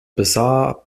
bizarre